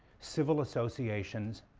civil associations,